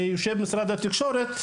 ויושב משרד התקשורת,